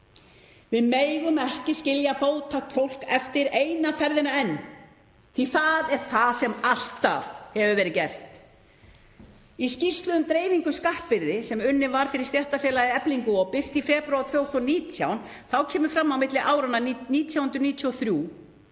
Við megum ekki skilja fátækt fólk eftir eina ferðina enn því það er það sem alltaf hefur verið gert. Í skýrslu um dreifingu skattbyrði sem unnin var fyrir stéttarfélagið Eflingu og birt í febrúar 2019 kemur fram að milli áranna 1993